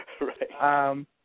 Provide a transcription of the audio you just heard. Right